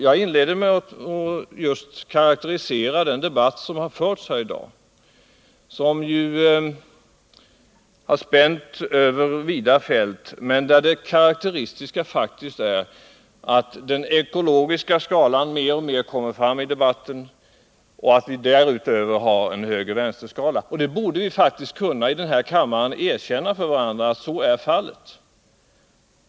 Jag inledde mitt anförande med att karakterisera den debatt som har förts här i dag. Den har spänt över vida fält, men karakteristiskt för den har faktiskt varit att den ekologiska skalan mer och mer har kommit fram. Därutöver har vi en höger-vänsterskala. Vi borde faktiskt i den här kammaren kunna erkänna för varandra att så är fallet.